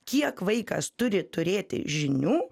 kiek vaikas turi turėti žinių